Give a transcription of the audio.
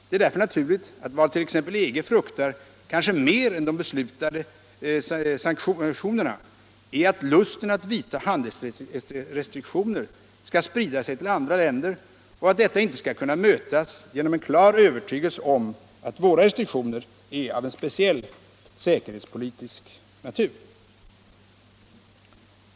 Det är därför naturligt att vad t.ex. EG fruktar kanske mer än de beslutade sanktionerna är att lusten att införa handelsrestriktioner skall sprida sig till andra länder och att detta inte skall kunna mötas genom en klar övertygelse om att våra restriktioner är av speciellt säkerhetspolitisk natur.